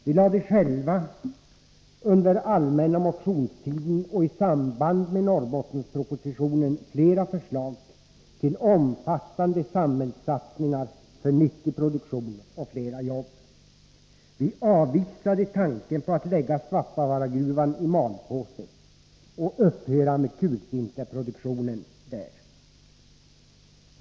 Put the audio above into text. Vi lade själva under den allmänna motionstiden och i samband med Norrbottenspropositionen fram flera förslag till omfattande samhällssatsningar för nyttig produktion och flera jobb. Vi avvisade tanken på att lägga Svappavaaragruvan i malpåse och upphöra med kulsinterproduktionen där.